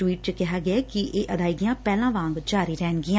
tweet ਚ ਕਿਹਾ ਗਿਐ ਕਿ ਇਹ ਅਦਾਇਗੀਆਂ ਪਹਿਲਾਂ ਵਾਂਗ ਜਾਰੀ ਰਹਿਣਗੀਆਂ